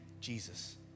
Jesus